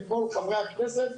לכל חברי הכנסת,